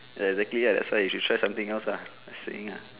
ya exactly ah that's why you should try something else ah just saying uh